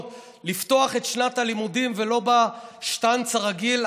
לפתוח את שנת הלימודים ולא בשטנץ הרגיל,